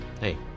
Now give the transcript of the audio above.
hey